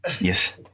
Yes